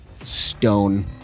stone